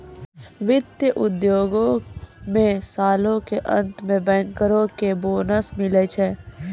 वित्त उद्योगो मे सालो के अंत मे बैंकरो के बोनस मिलै छै